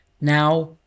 now